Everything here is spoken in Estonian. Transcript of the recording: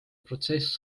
protsess